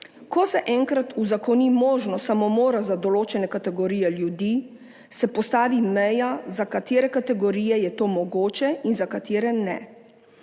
Ko se enkrat uzakoni možnost samomora za določene kategorije ljudi, se postavi meja, za katere kategorije je to mogoče in za katere ne.